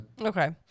okay